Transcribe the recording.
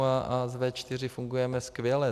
A ve V4 fungujeme skvěle.